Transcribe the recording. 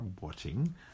watching